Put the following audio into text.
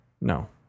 no